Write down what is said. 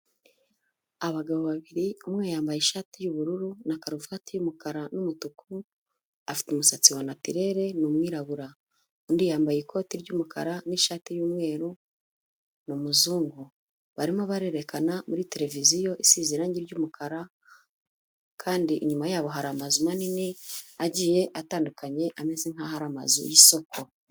Abagabo babiri umwe yambaye ishati y'ubururu na karuvati y'umukara n'umutuku, afite umusatsi wa natirere ni umwirabura. Undi yambaye ikoti ry'umukara n'ishati y'umweru ni umuzungu. Barimo barerekana muri televiziyo isize irangi ry'umukara kandi inyuma yabo hari amazu manini agiye atandukanye, ameze nk'aho ari amazu y'isoko.